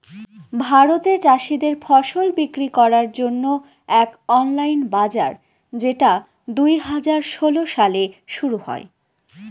ভারতে চাষীদের ফসল বিক্রি করার জন্য এক অনলাইন বাজার যেটা দুই হাজার ষোলো সালে শুরু হয়